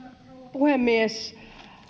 puhemies